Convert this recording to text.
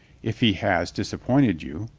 if he has disappointed you,